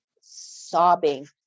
sobbing